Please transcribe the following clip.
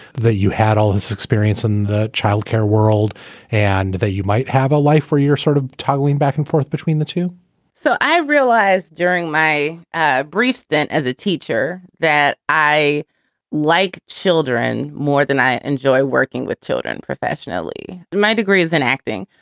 that you had all this experience in the childcare world and that you might have a life where you're sort of toggling back and forth between the two so i realized during my ah brief stint as a teacher that i like children more than i enjoy working with children professionally my degree is in acting.